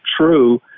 true